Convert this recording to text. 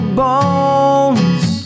bones